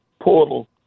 portal